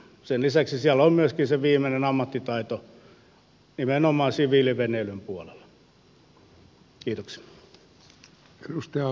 sen lisäksi siellä on myöskin se viimeinen ammattitaito nimenomaan siviiliveneilyn puolella